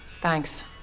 Thanks